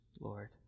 Lord